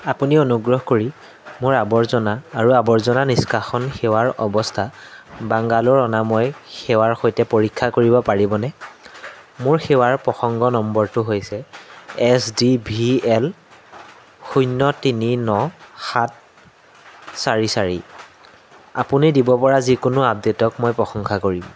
আপুনি অনুগ্ৰহ কৰি মোৰ আৱৰ্জনা আৰু আৱৰ্জনা নিষ্কাশন সেৱাৰ অৱস্থা বাংগালোৰ অনাময় সেৱাৰ সৈতে পৰীক্ষা কৰিব পাৰিবনে মোৰ সেৱাৰ প্ৰসংগ নম্বৰটো হৈছে এছ ডি ভি এল শূন্য তিনি ন সাত চাৰি চাৰি আপুনি দিব পৰা যিকোনো আপডেটক মই প্ৰশংসা কৰিম